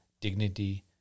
dignity